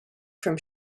from